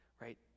Right